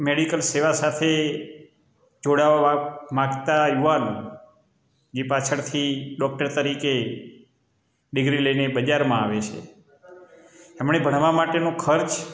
medical સેવા સાથે જોડાવા માંગતા યુવાનો જે પાછળથી ડોક્ટર તરીકે ડિગ્રી લઈને બજારમાં આવે છે એમણે ભણવા માટેનું ખર્ચ